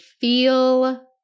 feel